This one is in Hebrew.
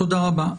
תודה רבה.